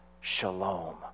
shalom